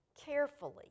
carefully